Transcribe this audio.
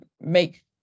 make